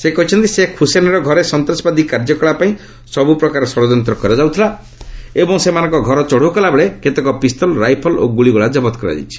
ସେ କହିଛନ୍ତି ଶେଖ୍ ହୁସେନର ଘରେ ସନ୍ତାସବାଦୀ କାର୍ଯ୍ୟକଳାପ ପାଇଁ ସବୁ ପ୍ରକାର ଷଡ଼ଯନ୍ତ କରାଯାଉଥିଲା ଏବଂ ସେମାନଙ୍କ ଘର ଚଢ଼ଉ କଲାବେଳେ କେତେକ ପିସ୍ତଲ ରାଇଫଲ ଓ ଗୁଳିଗୋଳା ଜବତ କରାଯାଇଛି